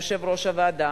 יושב-ראש הוועדה,